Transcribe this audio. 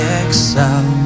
excel